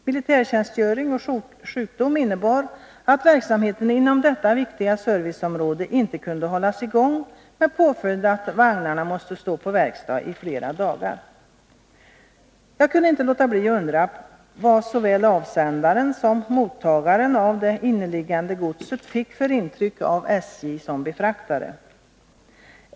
Militärtjänstgöring och sjukdom förde med sig att verksamheten inom detta viktiga serviceområde inte kunde hållas i gång, med påföljd att vagnarna måste stå i verkstaden i flera dagar. Jag kunde inte låta bli att undra vad såväl avsändaren som mottagaren av det inneliggande godset fick för intryck av SJ som befraktare.